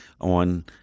on